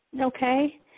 Okay